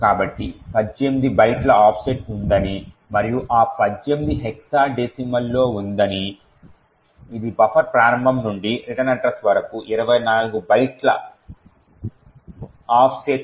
కాబట్టి 18 బైట్ల ఆఫ్సెట్ ఉందని మరియు ఈ 18 హెక్సాడెసిమల్లో ఉందని ఇది బఫర్ ప్రారంభం నుండి రిటన్ అడ్రస్ వరకు 24 బైట్ల ఆఫ్సెట్కు అనుగుణంగా ఉంటుంది